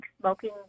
smoking